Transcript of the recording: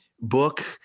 book